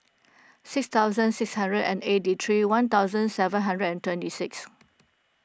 six thousand six hundred and eighty three one thousand seven hundred and twenty six